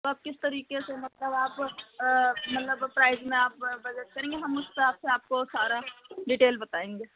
तो आप किस तरीके से मतलब आप मतलब प्राइज में आप बजट करेंगी हम उस तरह से आपको तो सारा डिटेल बताएंगे